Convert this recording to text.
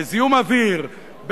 בזיהום אוויר,